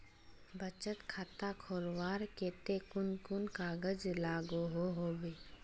बचत खाता खोलवार केते कुन कुन कागज लागोहो होबे?